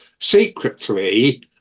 secretly